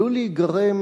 עלול להיגרם